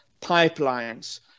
pipelines